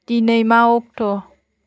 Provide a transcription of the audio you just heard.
दिनै मा अक्ट'